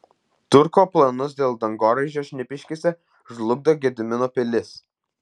turko planus dėl dangoraižio šnipiškėse žlugdo gedimino pilis